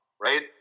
Right